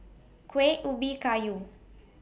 Kueh Ubi Kayu